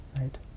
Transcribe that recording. right